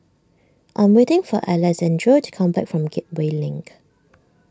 I'm waiting for Alexandro to come back from Gateway Link